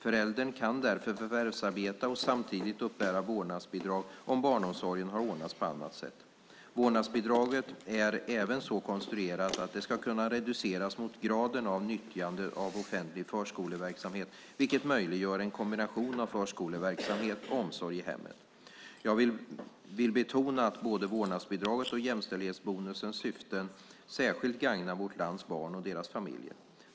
Föräldern kan därför förvärvsarbeta och samtidigt uppbära vårdnadsbidrag om barnomsorgen har ordnats på annat sätt. Vårdnadsbidraget är även så konstruerat att det ska kunna reduceras mot graden av nyttjande av offentlig förskoleverksamhet, vilket möjliggör en kombination av förskoleverksamhet och omsorg i hemmet. Jag vill betona att både vårdnadsbidraget och jämställdhetsbonusens syften särskilt gagnar vårt lands barn och deras familjer.